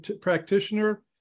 practitioner